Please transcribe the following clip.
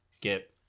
get